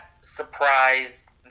surprised